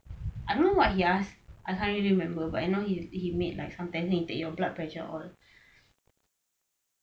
I don't know what he ask I can't really remember but I know he he made like sometimes he take your blood pressure all